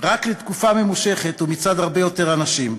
רק לתקופה ממושכת ומצד הרבה יותר אנשים.